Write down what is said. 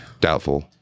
Doubtful